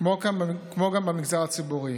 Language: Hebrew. כמו גם במגזר הציבורי.